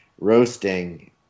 roasting